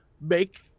make